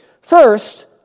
First